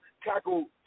tackle